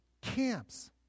camps